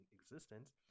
existence